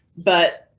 but.